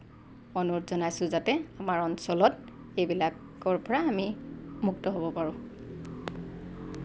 অনুৰোধ জনাইছোঁ যাতে আমাৰ অঞ্চলত এইবিলাকৰ পৰা আমি মুক্ত হ'ব পাৰোঁ